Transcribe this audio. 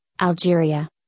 Algeria